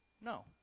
No